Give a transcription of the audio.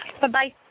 Bye-bye